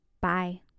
Bye